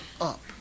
up